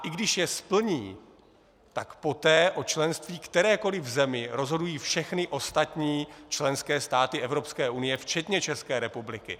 I když je splní, tak poté o členství kterékoliv země rozhodují všechny ostatní členské státy Evropské unie včetně České republiky.